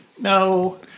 No